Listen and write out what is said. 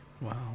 Wow